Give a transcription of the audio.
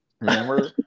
Remember